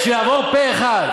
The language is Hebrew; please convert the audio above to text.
שיעבור פה-אחד.